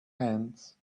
hands